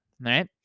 right